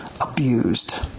abused